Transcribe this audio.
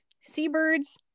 seabirds